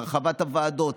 הרחבת הוועדות,